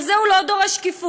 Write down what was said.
על זה הוא לא דורש שקיפות.